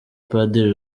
padiri